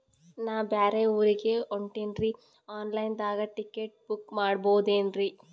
ನಾ ಬ್ಯಾರೆ ಊರಿಗೆ ಹೊಂಟಿನ್ರಿ ಆನ್ ಲೈನ್ ದಾಗ ಟಿಕೆಟ ಬುಕ್ಕ ಮಾಡಸ್ಬೋದೇನ್ರಿ?